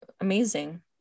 amazing